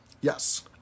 Yes